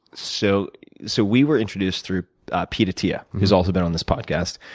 so so we were introduced through pete attia, who's also been on this podcast.